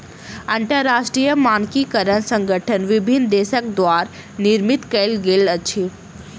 अंतरराष्ट्रीय मानकीकरण संगठन विभिन्न देसक द्वारा निर्मित कयल गेल अछि